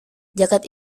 jaket